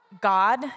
God